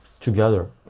Together